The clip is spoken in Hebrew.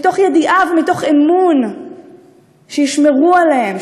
מתוך ידיעה ומתוך אמון שישמרו עליהם,